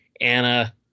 Anna